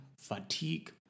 fatigue